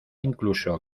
incluso